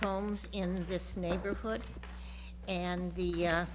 homes in this neighborhood and the